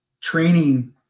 training